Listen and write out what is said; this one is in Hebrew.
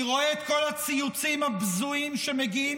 אני רואה את כל הציוצים הבזויים שמגיעים